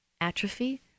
atrophy